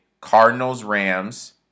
Cardinals-Rams